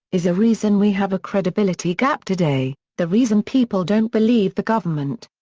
is a reason we have a credibility gap today, the reason people don't believe the government.